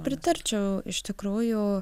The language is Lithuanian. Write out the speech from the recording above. pritarčiau iš tikrųjų